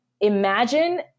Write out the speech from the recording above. imagine